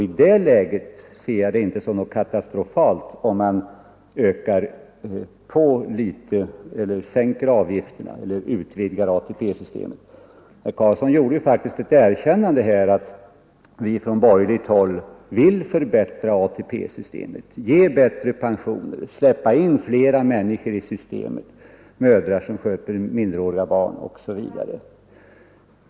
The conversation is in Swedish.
I det läget ser jag det inte som något katastrofalt om man sänker avgiften eller utvidgar ATP-systemet. Herr Karlsson gjorde faktiskt ett erkännande här, att vi från borgerligt håll vill förbättra ATP-systemet, ge bättre pensioner, släppa in fler människor i systemet — mödrar som sköter minderåriga barn osv.